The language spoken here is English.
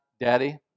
Daddy